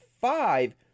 five